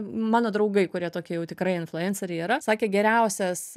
mano draugai kurie tokie jau tikrai influenceriai yra sakė geriausias